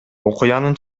окуянын